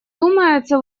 думается